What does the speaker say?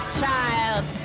child